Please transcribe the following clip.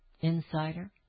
Insider